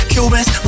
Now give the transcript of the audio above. Cubans